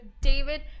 david